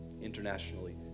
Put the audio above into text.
internationally